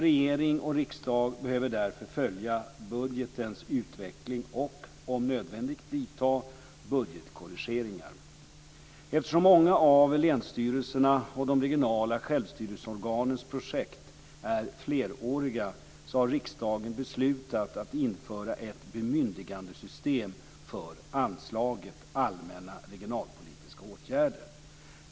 Regering och riksdag behöver därför följa budgetens utveckling och, om nödvändigt, vidta budgetkorrigeringar. Eftersom många av länsstyrelsernas och de regionala självstyrelseorganens projekt är fleråriga, har riksdagen beslutat att införa ett bemyndigandesystem för anslaget Allmänna regionalpolitiska åtgärder.